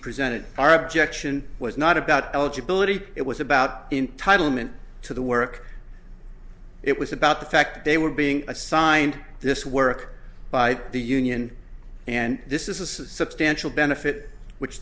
presented our objection was not about eligibility it was about entitlement to the work it was about the fact they were being assigned this work by the union and this is a substantial benefit which